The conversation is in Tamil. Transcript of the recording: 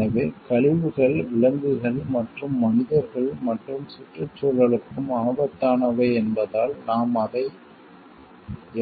எனவே கழிவுகள் விலங்குகள் மற்றும் மனிதர்கள் மற்றும் சுற்றுச்சூழலுக்கும் ஆபத்தானவை என்பதால் நாம் அதை